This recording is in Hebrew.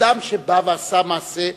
אדם שבא ועשה מעשה.